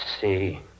see